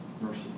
Mercy